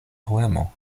poemo